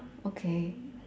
okay